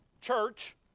church